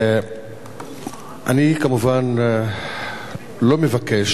אני כמובן לא מבקש